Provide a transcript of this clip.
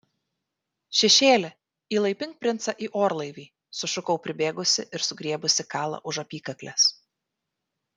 šešėli įlaipink princą į orlaivį sušukau pribėgusi ir sugriebusi kalą už apykaklės